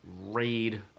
raid